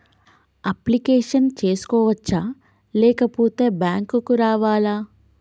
Application చేసుకోవచ్చా లేకపోతే bank రావాలా?